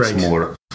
More